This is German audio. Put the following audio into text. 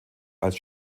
als